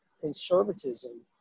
conservatism